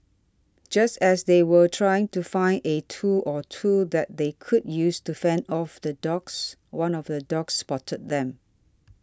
just as they were trying to find a tool or two that they could use to fend off the dogs one of the dogs spotted them